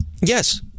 Yes